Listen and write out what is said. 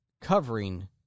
covering